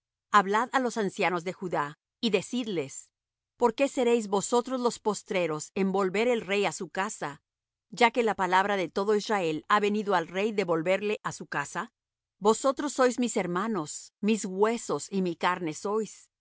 hablad á los ancianos de judá y decidles por qué seréis vosotros los postreros en volver el rey á su casa ya que la palabra de todo israel ha venido al rey de volverle á su casa vosotros sois mis hermanos mis huesos y mi carne sois